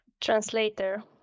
Translator